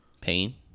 Pain